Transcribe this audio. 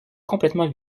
complètement